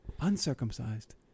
Uncircumcised